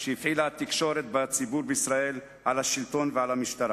שהפעילה התקשורת בציבור בישראל על השלטון ועל המשטרה.